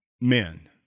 men